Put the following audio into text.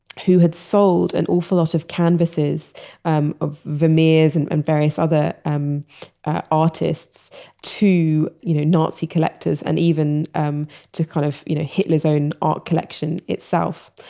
who had sold an awful lot of canvases um of vermeers and and various other um ah artists to you know nazi collectors and even um to kind of you know hitler's own art collection itself.